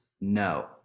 no